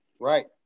right